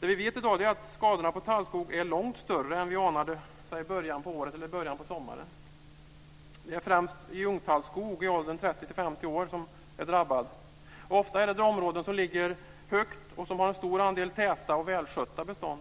Det vi vet i dag är att skadorna på tallskogen är långt större än vi anade i början på året eller i början på sommaren. Det är främst ungtallskog i åldern 30 50 år som är drabbad. Ofta är det de områden som ligger högt och har en stor andel täta och välskötta bestånd.